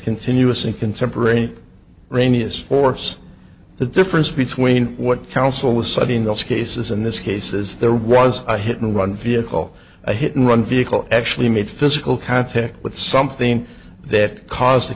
continuous in contemporary rainiest force the difference between what council was studying this case is in this case is there was a hit and run vehicle a hit and run vehicle actually made physical contact with something that caused the